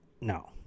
No